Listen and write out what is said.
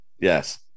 Yes